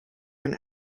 and